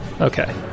Okay